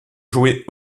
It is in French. jouer